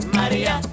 Maria